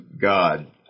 God